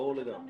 ברור לגמרי.